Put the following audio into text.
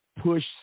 push